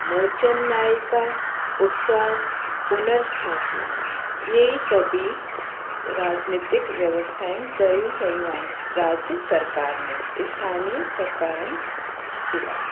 मोचन नायिका उपचार पुनर्स्थापना इहे ई सभी राजनितिक व्यवस्थाऊं करे रहियूं आहिनि राज्य सरकारि ने स्थानीअ सरकारनि जे लाइ